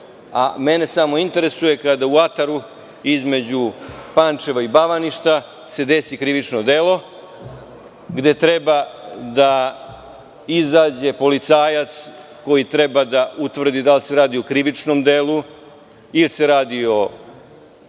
samo interesuje kada se u ataru između Pančeva i Bavaništa desi krivično delo i izađe policajac koji treba da utvrdi da li se radi o krivičnom delu ili prekršaju,